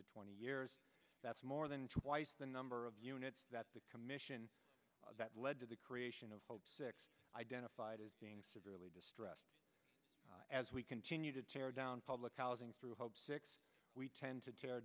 to twenty years that's more than twice the number of units that the commission that led to the creation of hope six identified as being severely distressed as we continue to tear down public housing through hope six we tend to tear